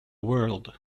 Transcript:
world